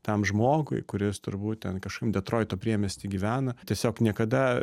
tam žmogui kuris turbūt ten kažkokiam detroito priemiesty gyvena tiesiog niekada